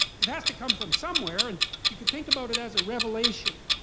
has has to come from somewhere, and you can think about it as a revelation.